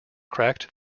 cracked